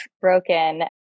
broken